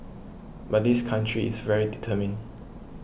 but this country is very determined